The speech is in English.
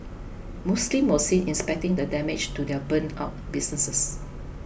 Muslims were seen inspecting the damage to their burnt out businesses